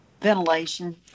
Ventilation